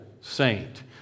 saint